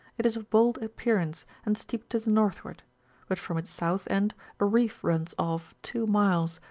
it is of bold appearance, and steep to the northward but from its south end a reef runs off two miles,